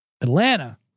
Atlanta